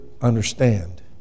understand